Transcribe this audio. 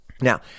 Now